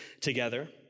together